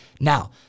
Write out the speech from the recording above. Now